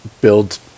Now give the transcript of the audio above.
build